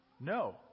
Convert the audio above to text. No